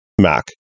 MAC